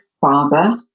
father